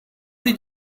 did